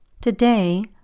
Today